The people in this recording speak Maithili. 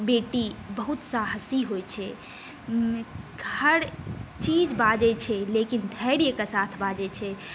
बेटी बहुत साहसी होइ छै हर चीज बाजै छै लेकिन धैर्यके साथ बाजै छै